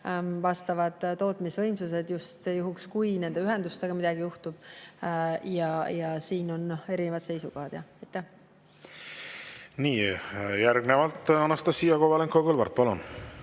vastavad tootmisvõimsused, just juhuks, kui nende ühendustega midagi juhtub. Siin on erinevaid seisukohti. Järgnevalt Anastassia Kovalenko-Kõlvart, palun!